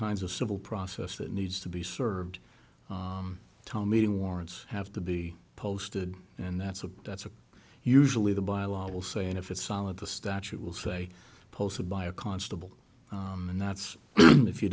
kinds of civil process that needs to be served tom meeting warrants have to be posted and that's a that's a usually the biological saying if it's solid the statute will say posted by a constable and that's if you